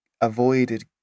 avoided